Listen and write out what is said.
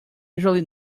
usually